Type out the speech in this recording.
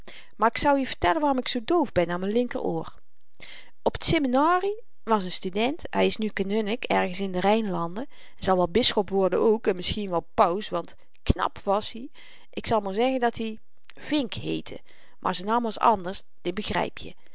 maar ik zou je vertellen waarom ik zoo doof ben aan m'n linkeroor op t simmenarie was n student hy is nu kanunnik ergens in de rynlanden en zal wel bisschop worden ook en misschien wel paus want knap wàs i ik zal maar zeggen dat-i vink heette maar z'n naam was anders dit begryp je